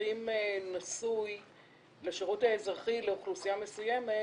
נשוי לשירות האזרחי לאוכלוסייה מסוימת